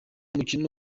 mukino